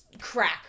crack